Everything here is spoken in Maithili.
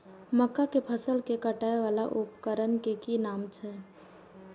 मक्का के फसल कै काटय वाला उपकरण के कि नाम छै?